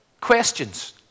questions